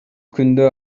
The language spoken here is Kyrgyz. күндө